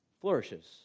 flourishes